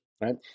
right